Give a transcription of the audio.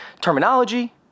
terminology